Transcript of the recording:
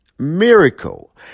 miracle